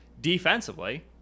Defensively